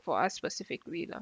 for us specifically lah